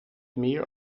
meer